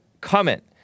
comment